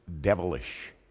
devilish